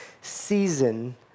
season